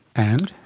and?